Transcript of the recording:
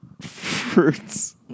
fruits